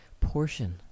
portion